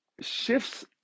shifts